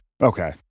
okay